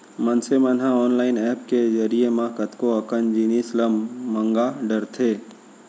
मनसे मन ह ऑनलाईन ऐप के जरिए म कतको अकन जिनिस ल मंगा डरथे